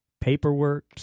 paperwork